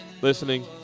listening